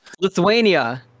Lithuania